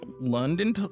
London